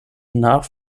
nach